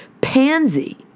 pansy